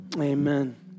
amen